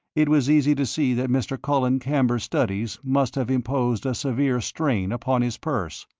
it was easy to see that mr. colin camber's studies must have imposed a severe strain upon his purse.